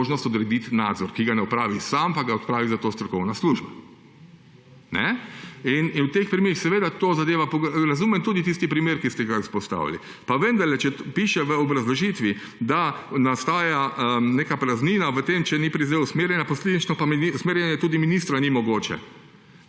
možnost odrediti nadzor, ki ga ne opravi sam, ga opravi zato strokovna služba. Razumem tudi tisti primer, ki ste ga izpostavili. Pa vendarle, če piše v obrazložitvi, da nastaja neka praznina v tem, če ni prevzel usmerjanja, posledično pa usmerjanje tudi ministra ni mogoče.